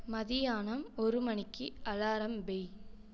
மதியானம் ஒரு மணிக்கு அலாரம் வை